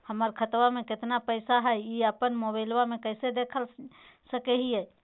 हमर खाता में केतना पैसा हई, ई अपन मोबाईल में कैसे देख सके हियई?